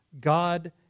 God